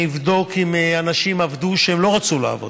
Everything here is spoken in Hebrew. אני אבדוק אם אנשים עבדו כשהם לא רצו לעבוד,